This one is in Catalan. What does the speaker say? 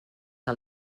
que